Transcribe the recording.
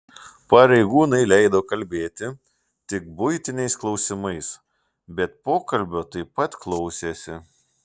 pareigūnai leido kalbėti tik buitiniais klausimais bet pokalbio taip pat klausėsi